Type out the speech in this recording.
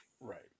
right